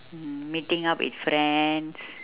and meeting up with friends